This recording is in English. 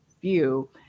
view